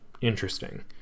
interesting